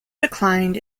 declined